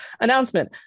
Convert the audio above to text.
announcement